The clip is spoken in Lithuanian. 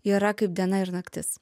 yra kaip diena ir naktis